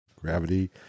Gravity